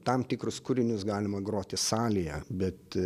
tam tikrus kūrinius galima groti salėje bet